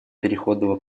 переходного